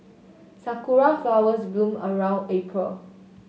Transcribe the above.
sakura flowers bloom around April